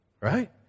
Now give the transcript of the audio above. right